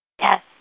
Yes